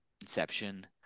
Inception